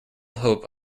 hope